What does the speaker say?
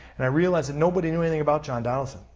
and i realized that nobody knew anything about john donaldson.